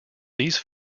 these